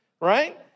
right